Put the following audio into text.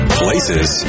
places